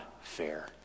fair